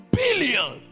billion